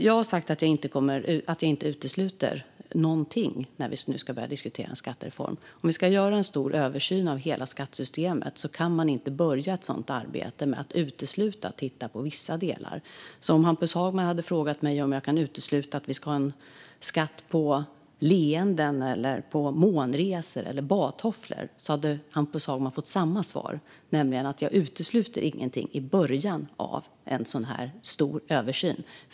Jag har sagt att jag inte utesluter någonting när vi ska börja diskutera en skattereform. Om vi ska göra en stor översyn av hela skattesystemet kan vi inte börja ett sådant arbete med att utesluta vissa delar. Om Hampus Hagman hade frågat mig om jag kan utesluta att vi ska ha en skatt på leenden, månresor eller badtofflor hade han därför fått samma svar, nämligen att jag inte utesluter någonting i början av en sådan här stor översyn.